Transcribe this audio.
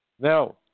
Now